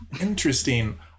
Interesting